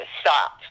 stop